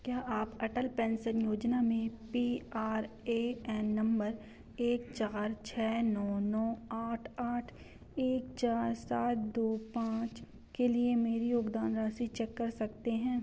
क्या आप अटल पेंशन योजना में P R A N number एक चार छः नौ नौ आठ आठ एक चार सात दो पाँच के लिए मेरी योगदान राशि चेक कर सकते हैं